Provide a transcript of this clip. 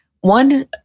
one